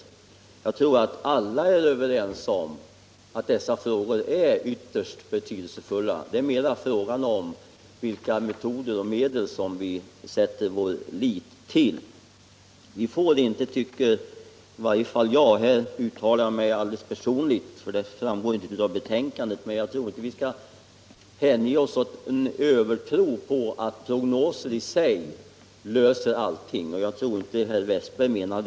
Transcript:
Vi är alla överens om att dessa frågor är ytterst betydelsefulla, och här är det mera en fråga om vilka metoder och medel vi skall sätta vår lit till. Vi får inte — och nu uttalar jag mig personligen, eftersom det inte framgår av betänkandet — hänge oss åt någon övertro på att prognoser i sig löser alla problem. Det tror jag f.ö. inte heller att herr Westberg menar.